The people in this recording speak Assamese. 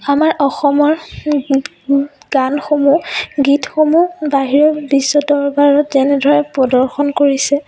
আমাৰ অসমৰ গানসমূহ গীতসমূহ বাহিৰত বিশ্ব দৰবাৰত যেনেদৰে প্ৰদৰ্শন কৰিছে